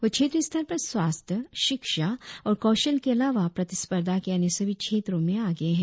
वह क्षेत्रीय स्तर पर स्वास्थ्य शिक्षा और कौशल के अलावा प्रतिस्पर्धा के अन्य सभी क्षेत्रों में आगे है